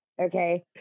Okay